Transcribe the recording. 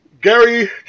Gary